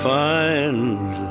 find